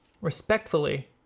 respectfully